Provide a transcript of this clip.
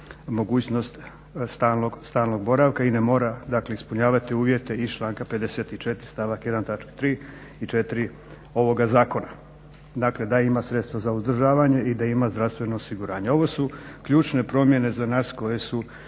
mogućnost stalnog boravka i ne mora ispunjavati uvjete iz članka 54. stavak 1. točke 3. i 4. ovoga zakona. Dakle da ima sredstva za uzdržavanje i da ima zdravstveno osiguranje. Ovo su ključne promjene za nas koje su